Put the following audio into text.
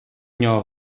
нього